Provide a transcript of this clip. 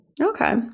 okay